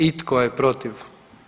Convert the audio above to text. I tko je protiv?